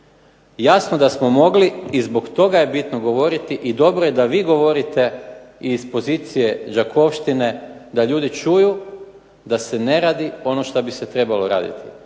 Jasno da smo mogli i zbog toga je bitno govoriti i dobro je da vi govorite i iz pozicije Đakovštine da ljudi čuju da se ne radi ono što bi se trebalo raditi